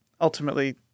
ultimately